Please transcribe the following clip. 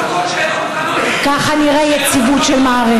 שכולנו חרדים לה ואוהבים אותה,